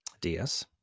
DS